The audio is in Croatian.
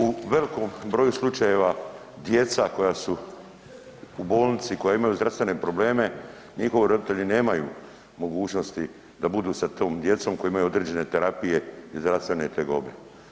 U velkom broju slučajeva djeca koja su u bolnici koja imaju zdravstvene probleme njihovi roditelji nemaju mogućnosti da budu sa tom djecom koja imaju određene terapije i zdravstvene tegobe.